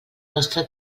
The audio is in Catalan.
nostre